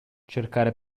cercare